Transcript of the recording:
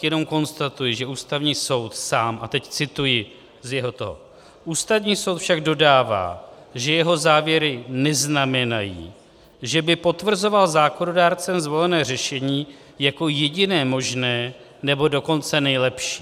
Jenom konstatuji, že Ústavní soud sám a teď cituji: Ústavní soud však dodává, že jeho závěry neznamenají, že by potvrzoval zákonodárcem zvolené řešení jako jediné možné, nebo dokonce nejlepší.